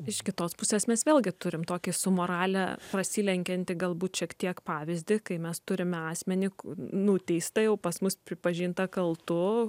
iš kitos pusės mes vėlgi turim tokį su morale prasilenkiantį galbūt šiek tiek pavyzdį kai mes turime asmenį nuteistą jau pas mus pripažintą kaltu